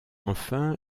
enfin